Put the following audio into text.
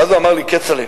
ואז הוא אמר לי: כצל'ה,